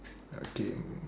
okay